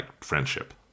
friendship